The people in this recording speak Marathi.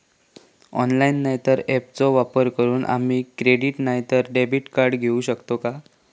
ऑनलाइन नाय तर ऍपचो वापर करून आम्ही क्रेडिट नाय तर डेबिट कार्ड घेऊ शकतो का?